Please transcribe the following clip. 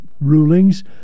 rulings